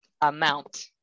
amount